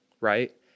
right